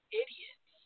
idiots